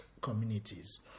Communities